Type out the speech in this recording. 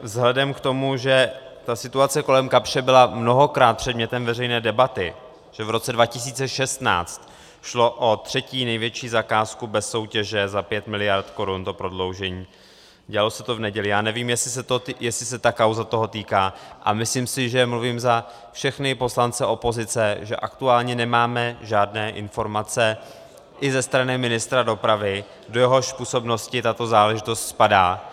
Vzhledem k tomu, že situace kolem firmy Kapsch byla mnohokrát předmětem veřejné debaty, že v roce 2016 šlo o třetí největší zakázku bez soutěže, za 5 mld. korun to prodloužení, dělalo se to v neděli, já nevím, jestli se ta kauza toho týká, a myslím si, že mluvím za všechny poslance opozice, že aktuálně nemáme žádné informace i ze strany ministra dopravy, do jehož působnosti tato záležitost spadá.